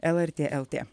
lrt lt